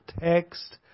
text